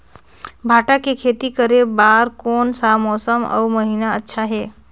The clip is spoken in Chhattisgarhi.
भांटा के खेती करे बार कोन सा मौसम अउ महीना अच्छा हे?